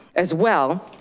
as well,